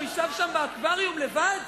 הוא ישב שם באקווריום לבד?